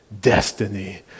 destiny